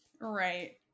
Right